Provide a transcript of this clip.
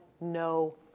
no